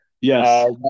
Yes